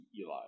Eli